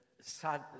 sad